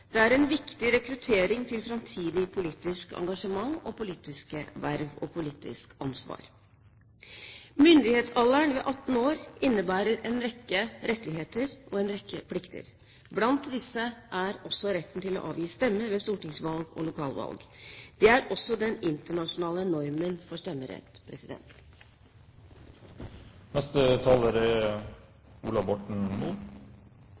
Det er en viktig rekruttering til framtidig politisk engasjement, politiske verv og politisk ansvar. Myndighetsalder ved fylte 18 år innebærer en rekke rettigheter og en rekke plikter. Blant disse er også retten til å avgi stemme ved stortingsvalg og lokalvalg. Det er også den internasjonale normen for stemmerett.